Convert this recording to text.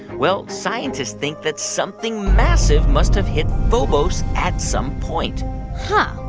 well, scientists think that something massive must have hit phobos at some point huh.